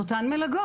את אותן מלגות.